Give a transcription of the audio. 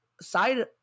side